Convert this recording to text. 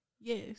Yes